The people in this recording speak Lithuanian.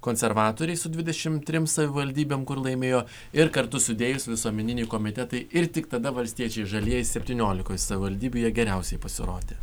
konservatoriai su dvidešimt trim savivaldybėm kur laimėjo ir kartu sudėjus visuomeniniai komitetai ir tik tada valstiečiai žalieji septyniolikoj savivaldybių jie geriausiai pasirodė